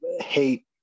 hate